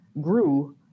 grew